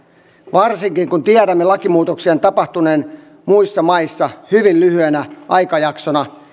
varsinkin kun tiedämme lakimuutoksien tapahtuneen muissa maissa hyvin lyhyenä aikajaksona